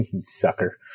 sucker